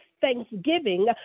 thanksgiving